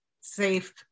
safe